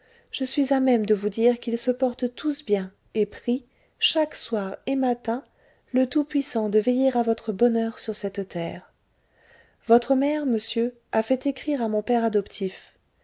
je suis à même de vous dire qu'ils se portent tous bien et prient chaque soir et matin le tout-puissant de veiller à votre bonheur sur cette terre votre mère monsieur a fait écrire à mon père adoptif